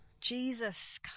Jesus